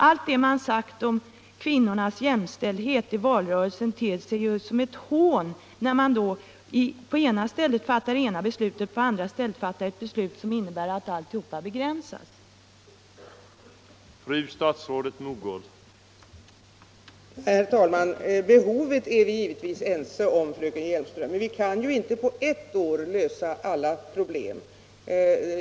Allt det man sade i valrörelsen om kvinnornas jämställdhet ter sig som ett hån när man på det ena stället fattar ett beslut som syftar till 13 att förbättra deras möjligheter och på det andra stället ett beslut som innebär en begränsning av dessa möjligheter.